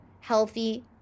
healthy